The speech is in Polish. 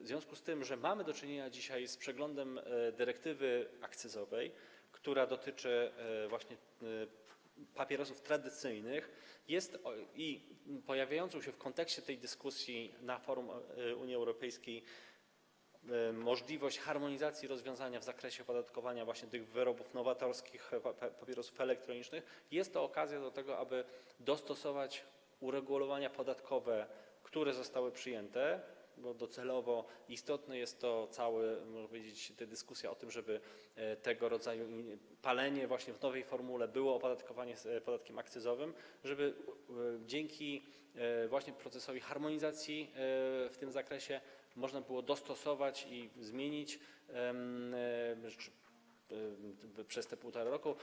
w związku z tym, że dzisiaj mamy do czynienia z przeglądem dyrektywy akcyzowej, która dotyczy właśnie papierosów tradycyjnych, i z pojawiającą się w kontekście tej dyskusji na forum Unii Europejskiej możliwością harmonizacji rozwiązania w zakresie opodatkowania właśnie tych wyrobów nowatorskich, papierosów elektronicznych, jest to okazja do tego, aby dostosować uregulowania podatkowe, które zostały przyjęte, bo docelowo istotna jest cała, można powiedzieć, dyskusja o tym, żeby tego rodzaju palenie w nowej formule było opodatkowane podatkiem akcyzowym, żeby właśnie dzięki procesowi harmonizacji w tym zakresie można było dostosować i zmienić to przez te 1,5 roku.